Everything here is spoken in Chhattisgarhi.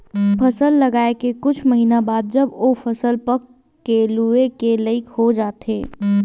फसल लगाए के कुछ महिना बाद जब ओ फसल पक के लूए के लइक हो जाथे